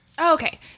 okay